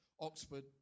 Oxford